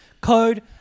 code